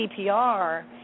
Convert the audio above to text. CPR